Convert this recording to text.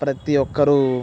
ప్రతి ఒక్కరు